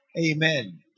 amen